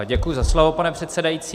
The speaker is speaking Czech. Děkuji za slovo, pane předsedající.